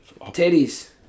Titties